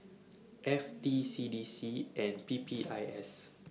F T C D C and P P I S